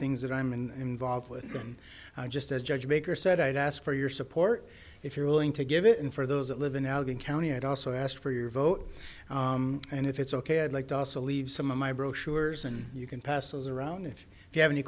things that i'm in volved with and just as judge baker said i'd ask for your support if you're willing to give it in for those that live in albion county and also ask for your vote and if it's ok i'd like to also leave some of my brochures and you can pass those around if you have any